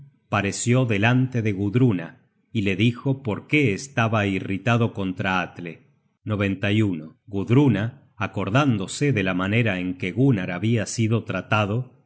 pareció delante de gudruna y la dijo porqué estaba irritado contra atle gudruna acordándose de la manera en que gunnar habia sido tratado